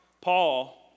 Paul